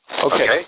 Okay